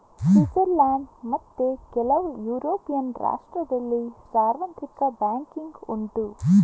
Switzerland ಮತ್ತೆ ಕೆಲವು European ರಾಷ್ಟ್ರದಲ್ಲಿ ಸಾರ್ವತ್ರಿಕ ಬ್ಯಾಂಕಿಂಗ್ ಉಂಟು